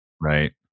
Right